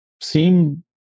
seem